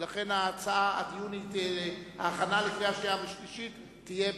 ולכן ההכנה לקריאה שנייה ולקריאה שלישית תהיה